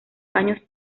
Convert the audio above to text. años